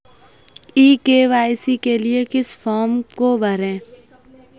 ई KYC के लिए किस फ्रॉम को भरें?